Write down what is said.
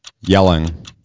Yelling